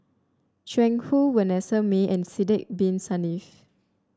Jiang Hu Vanessa Mae and Sidek Bin Saniff